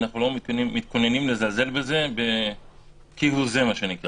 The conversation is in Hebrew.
ואנחנו לא מתכוונים לזלזל בו כהוא זה.